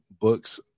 books